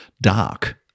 dark